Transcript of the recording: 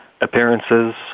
appearances